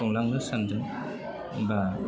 खुंलांनो सानदों बा